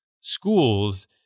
schools